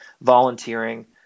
volunteering